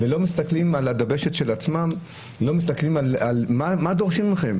אתם לא מסתכלים על הדבשת של עצמכם, מה דורשים מכם?